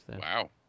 Wow